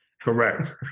Correct